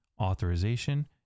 authorization